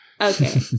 Okay